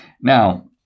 Now